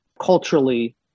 culturally